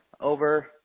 over